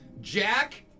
Jack